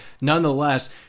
nonetheless